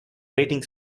ratings